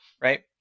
right